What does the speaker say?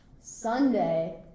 Sunday